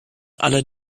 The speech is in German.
aller